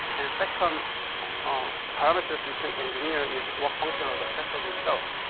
and second ah parameters we can engineer is work function of the cathode itself.